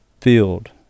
field